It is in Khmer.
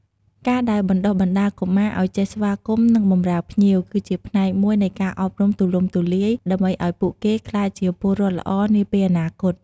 ការដែលបណ្តុះបណ្តាលកុមារឲ្យចេះស្វាគមន៍ និងបម្រើភ្ញៀវ គឺជាផ្នែកមួយនៃការអប់រំទូលំទូលាយ ដើម្បីឲ្យពួកគេក្លាយជាពលរដ្ឋល្អនាពេលអនាគត។